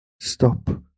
Stop